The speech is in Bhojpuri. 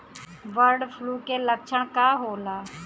बर्ड फ्लू के लक्षण का होला?